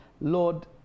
Lord